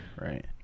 Right